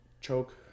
Choke